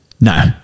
No